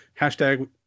hashtag